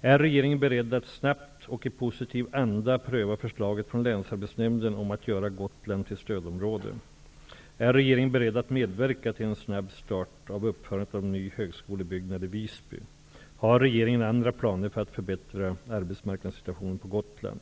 1. Är regeringen beredd att snabbt och i positiv anda pröva förslaget från länsarbetsnämnden om att göra Gotland till stödområde? 2. Är regeringen beredd att medverka till en snabb start av uppförandet av en ny högskolebyggnad i 3. Har regeringen andra planer för att förbättra arbetsmarknadssituationen på Gotland?